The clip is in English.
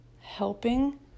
helping